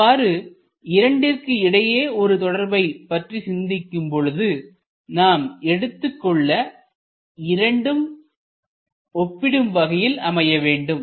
இவ்வாறு இரண்டிற்கு இடையே ஒரு தொடர்பை பற்றி சிந்திக்கும் பொழுது நாம் எடுத்துக் கொண்டுள்ள இரண்டும் ஒப்பிடும் வகையில் அமைய வேண்டும்